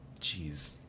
jeez